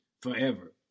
forever